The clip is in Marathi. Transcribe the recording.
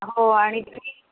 हो आणि तुम्ही